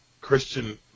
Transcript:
Christian